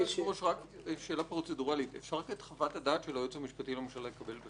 שאלה פרוצדורלית אפשר את חוות הדעת של היועץ המשפטי לממשלה לקבל בכתב?